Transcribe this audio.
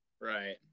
Right